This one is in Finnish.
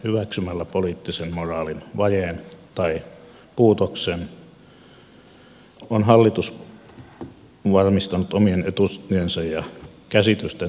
hyväksymällä poliittisen moraalin vajeen tai puutoksen on hallitus varmistanut omien etuuksiensa ja käsitystensä toteutumisen